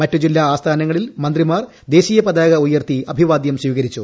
മറ്റ് ജില്ലാ ആസ്ഥാനങ്ങളിൽ മന്ത്രിമാർ ദേശീയ പതാക ഉയർത്തി അഭിവാദ്യം സ്ഥീകരിച്ചു